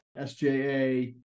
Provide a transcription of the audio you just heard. SJA